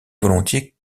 volontiers